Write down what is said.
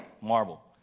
marble